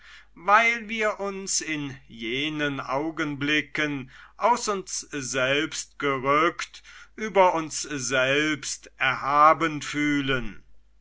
weil wir uns in jenen augenblicken aus uns selbst gerückt über uns selbst erhaben fühlen